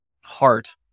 heart